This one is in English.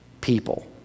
people